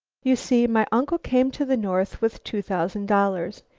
you see, my uncle came to the north with two thousand dollars.